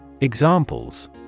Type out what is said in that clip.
Examples